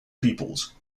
peoples